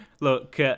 look